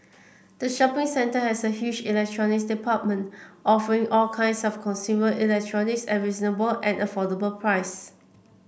the shopping centre has a huge Electronics Department offering all kinds of consumer electronics at reasonable and affordable price